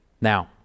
Now